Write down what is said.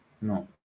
No